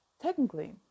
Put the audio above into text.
Technically